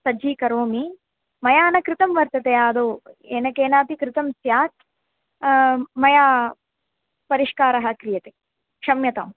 सज्जीकरोमि मया न कृतं वर्तते आदौ येन केनापि कृतं स्यात् मया परिष्कारः क्रियते क्षम्यताम्